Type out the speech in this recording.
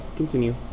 continue